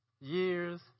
years